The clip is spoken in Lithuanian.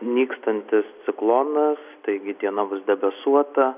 nykstantis ciklonas taigi diena bus debesuota